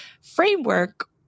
framework